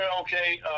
okay